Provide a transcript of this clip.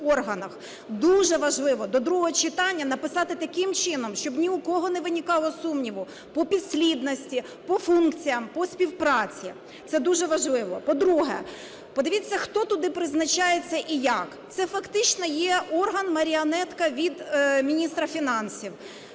Дуже важливо до другого читання написати таким чином, щоб ні в кого не виникало сумніву по підслідності, по функціям, по співпраці. Це дуже важливо. По-друге, подивіться, хто туди призначається і як. Це фактично є орган–маріонетка від міністра фінансів.